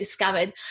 discovered